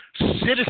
citizens